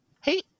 Hey